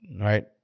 Right